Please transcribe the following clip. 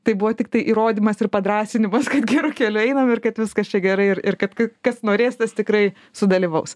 tai buvo tiktai įrodymas ir padrąsinimas kad geru keliu einam ir kad viskas čia gerai ir ir kad kas norės tas tikrai sudalyvaus